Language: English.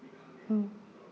mm